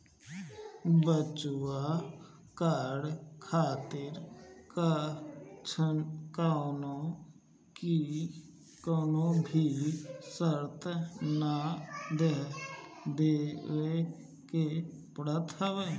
virtual card खातिर कवनो भी चार्ज ना देवे के पड़त हवे